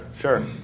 sure